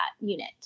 unit